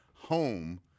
home